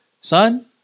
son